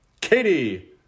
Katie